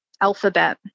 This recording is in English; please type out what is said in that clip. alphabet